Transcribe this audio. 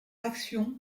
actions